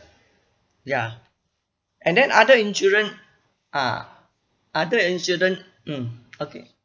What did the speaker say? ya and then other insurance ah other insurance mm okay